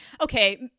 Okay